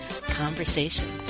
conversation